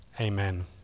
amen